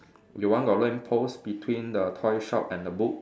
your one got lamppost between the toy shop and the book